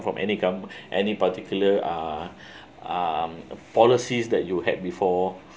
from any com~ any particular uh um policies that you had before